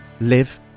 live